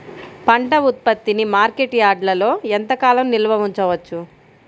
పంట ఉత్పత్తిని మార్కెట్ యార్డ్లలో ఎంతకాలం నిల్వ ఉంచవచ్చు?